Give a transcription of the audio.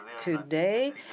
today